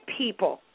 people